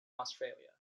australia